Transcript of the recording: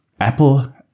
Apple